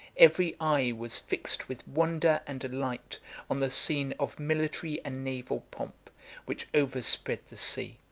every eye was fixed with wonder and delight on the scene of military and naval pomp which overspread the sea